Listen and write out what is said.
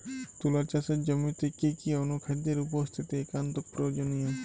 তুলা চাষের জমিতে কি কি অনুখাদ্যের উপস্থিতি একান্ত প্রয়োজনীয়?